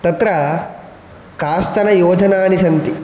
तत्र काश्चन योजनानि सन्ति